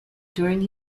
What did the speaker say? during